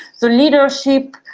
so leadership,